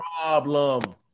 problem